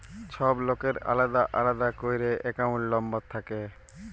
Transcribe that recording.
ছব লকের আলেদা আলেদা ক্যইরে একাউল্ট লম্বর থ্যাকে